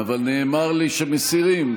אבל נאמר לי שמסירים.